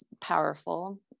powerful